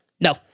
No